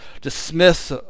dismiss